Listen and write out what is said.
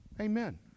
Amen